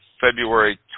February